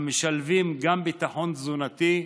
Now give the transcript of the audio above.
המשלבים גם ביטחון תזונתי,